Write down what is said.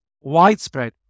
widespread